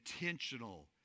intentional